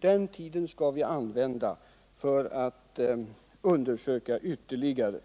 den tiden för att undersöka ytterligare.